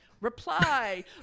Reply